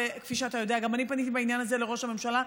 וכפי שאתה יודע גם אני פניתי בעניין הזה לראש הממשלה,